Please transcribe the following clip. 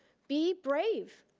be brave.